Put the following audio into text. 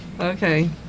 Okay